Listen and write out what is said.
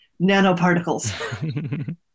nanoparticles